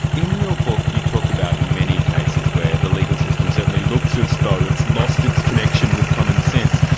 in your book, you talk about many cases where the legal system certainly looks as though it's lost its connection with commonsense.